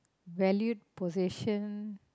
valued possession